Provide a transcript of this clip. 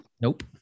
Nope